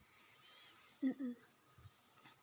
mm mm